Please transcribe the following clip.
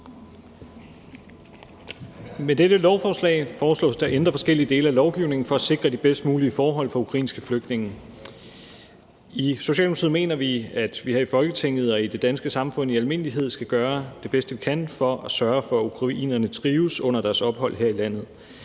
Med dette lovforslag foreslås der ændret forskellige dele af lovgivningen for at sikre de bedst mulige forhold for ukrainske flygtninge. I Socialdemokratiet mener vi, at vi her i Folketinget og i det danske samfund i almindelighed skal gøre det bedste, vi kan, for at sørge for, at ukrainerne trives under deres ophold her i landet.